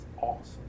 awesome